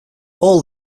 all